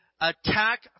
attack